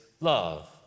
love